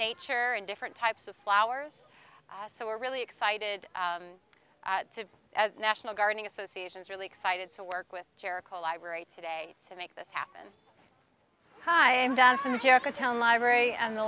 nature and different types of flowers so we're really excited to as national gardening associations really excited to work with jericho library today to make this happen hi i'm down from town library and the